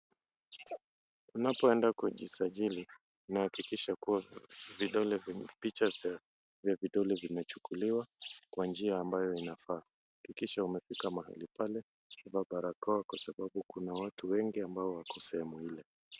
Unapoenda kujisajili unahakikisha Kuwa picha vya vidole vimechukuliwa kwa njia ambayo inafaa. Hakikisha umefika mahali pale ukivaa barakoa kwa sababu kuna watu wengi ambao wako sehemu ile.